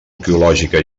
arqueològica